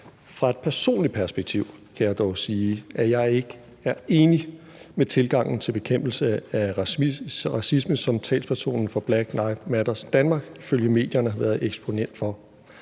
Fra et personligt perspektiv kan jeg dog sige, at jeg ikke er enig med tilgangen til bekæmpelse af racisme, som talspersonen for Black Lives Matter Denmark ifølge medierne har været eksponent for.